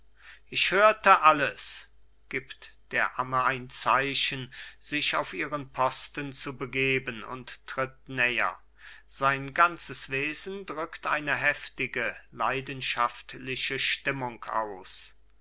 ich hörte alles gibt der amme ein zeichen sich auf ihren posten zu begeben und tritt näher sein ganzes wesen drückt eine heftige leidenschaftliche stimmung aus